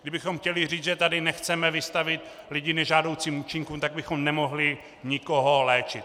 Kdybychom chtěli říct, že tady nechceme vystavit lidi nežádoucím účinkům, tak bychom nemohli nikoho léčit.